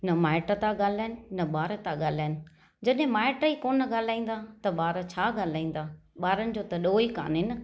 न माइट था ॻाल्हाईनि न ॿार था ॻाल्हाईनि जॾहिं माइट ई कोन ॻाल्हाईंदा त ॿार छा ॻाल्हाईंदा ॿारनि जो त ॾोह ई कोन्हे न